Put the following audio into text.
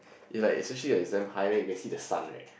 is like especially it's damn high you can see the sun right